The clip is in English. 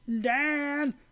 Dan